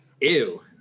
Ew